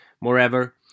Moreover